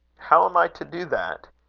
how am i to do that?